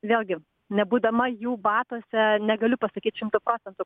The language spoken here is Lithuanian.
vėlgi nebūdama jų batuose negaliu pasakyt šimtu procentų